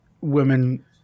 women